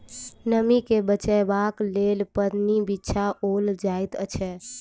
नमीं के बचयबाक लेल पन्नी बिछाओल जाइत छै